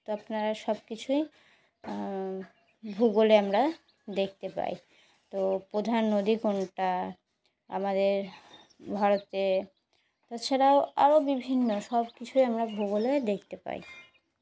তো আপনারা সব কিছুই ভূগোলে আমরা দেখতে পাই তো প্রধান নদী কোনটা আমাদের ভারতে তাছাড়াও আরও বিভিন্ন সব কিছুই আমরা ভূগোলে দেখতে পাই